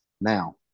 Now